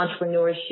entrepreneurship